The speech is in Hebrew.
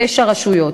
תשע רשויות,